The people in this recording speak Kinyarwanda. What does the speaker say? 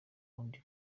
wundi